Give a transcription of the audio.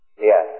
Yes